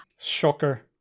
Shocker